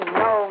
no